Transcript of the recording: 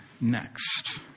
next